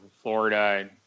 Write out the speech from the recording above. Florida